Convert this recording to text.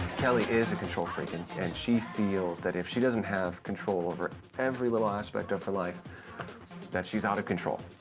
kelly is a control freak, and and she feels that if she doesn't have control over every little aspect of her life that she's out of control.